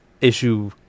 issue